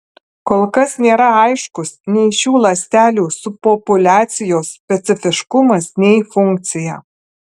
kol kas nėra aiškus nei šių ląstelių subpopuliacijos specifiškumas nei funkcija